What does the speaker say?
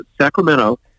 Sacramento